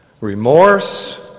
Remorse